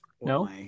No